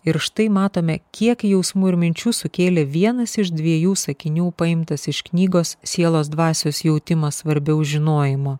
ir štai matome kiek jausmų ir minčių sukėlė vienas iš dviejų sakinių paimtas iš knygos sielos dvasios jautimas svarbiau žinojimo